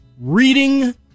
reading